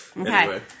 okay